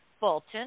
Bolton